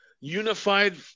unified